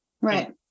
Right